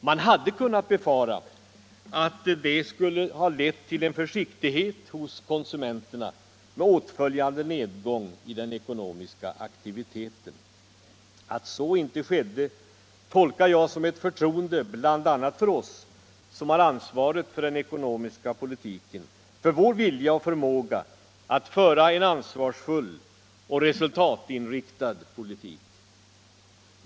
Man hade kunnat befara att detta skulle ha lett till en försiktighet hos konsumenterna med åtföljande nedgång i den ekonomiska aktiviteten. Att så inte skedde tolkar jag som ett förtroende bl.a. för oss som har ansvaret för den ekonomiska politiken, för vår vilja och förmåga att föra en ansvarsfull och resultatinriktad politik.